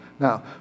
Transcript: Now